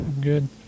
good